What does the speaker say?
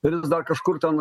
ir vis dar kažkur ten